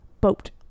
Boat